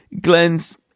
Glenn's